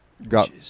got